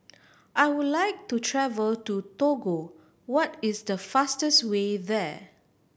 I would like to travel to Togo what is the fastest way there